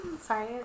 Sorry